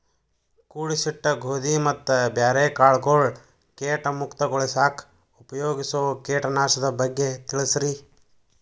ಕೂಡಿಸಿಟ್ಟ ಗೋಧಿ ಮತ್ತ ಬ್ಯಾರೆ ಕಾಳಗೊಳ್ ಕೇಟ ಮುಕ್ತಗೋಳಿಸಾಕ್ ಉಪಯೋಗಿಸೋ ಕೇಟನಾಶಕದ ಬಗ್ಗೆ ತಿಳಸ್ರಿ